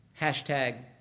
hashtag